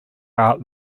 art